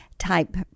type